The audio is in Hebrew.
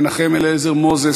מנחם אליעזר מוזס,